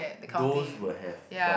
those were have but